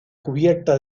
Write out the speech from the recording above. cubierta